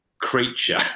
creature